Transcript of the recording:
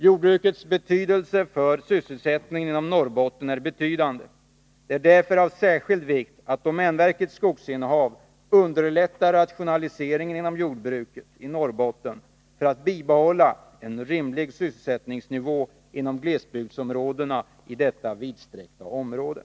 Jordbrukets betydelse för sysselsättningen i Norrbotten är betydande. Det är därför av särskild vikt att domänverkets skogsinnehav underlättar rationaliseringen inom jordbruket i Norrbotten för att bibehålla en rimlig sysselsättningsnivå inom glesbygdsområdena i detta vidsträckta område.